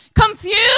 confused